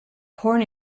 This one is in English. corn